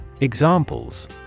Examples